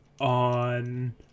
On